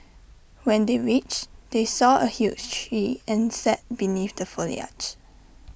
when they reached they saw A huge tree and sat beneath the foliage